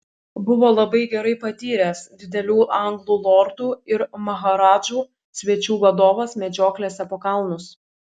buvo labai gerai patyręs didelių anglų lordų ir maharadžų svečių vadovas medžioklėse po kalnus